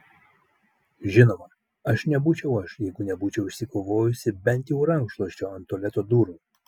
žinoma aš nebūčiau aš jeigu nebūčiau išsikovojusi bent jau rankšluosčio ant tualeto durų